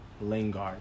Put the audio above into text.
Lingard